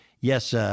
Yes